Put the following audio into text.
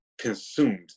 consumed